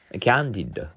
Candid